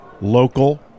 Local